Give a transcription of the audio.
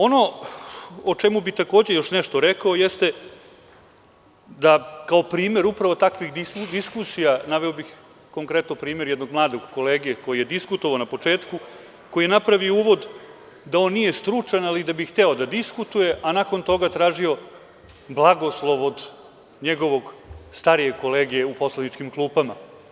Ono o čemu bih takođe još nešto rekao jeste da kao primer upravo takvih diskusija, naveo bih konkretno primer jednog mladog kolege koji je diskutovao na početku, koji je napravio uvod da on nije stručan, ali da bi hteo da diskutuje, a nakon toga tražio blagoslov od njegovog starijeg kolege u poslaničkim klupama.